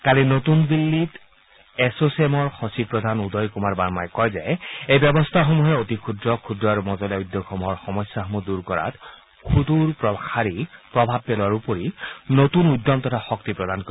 কালি নতুন দিল্লীত এছ চামৰ সচিবপ্ৰধান উদয় কুমাৰ বাৰ্মাই কয় যে এই ব্যৱস্থাসমূহে অতি ক্ষুদ্ৰ ক্ষুদ্ৰ আৰু মজলীয়া উদ্যোগখণ্ডৰ সমস্যাসমূহ দূৰ কৰাত সূদৰ প্ৰসাৰী প্ৰভাৱ পেলোৱাৰ উপৰি নতূন উদ্যম তথা শক্তি প্ৰদান কৰিব